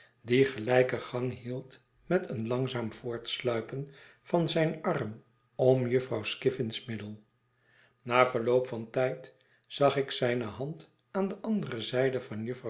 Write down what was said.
die geiijken gang hield met een langzaam voortsluipen van zijn arm om jufvrouw skiffins middel na verloop van tijd zag ik zijne hand aan de andere zijde van